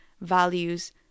values